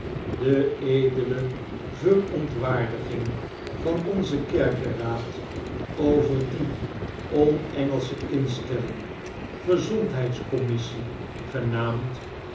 de edele verontwaardiging van onzen kerkeraad over die on ehgelsche instelling gezondheids commissie genaamd